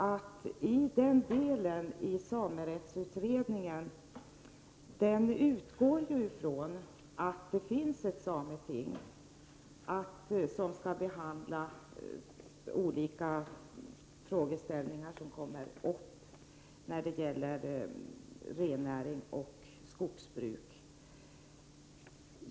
I denna del av samerättsutredningen utgår man från att det finns ett sameting som skall behandla olika frågor när det gäller rennäring och skogsbruk.